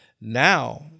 now